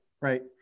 right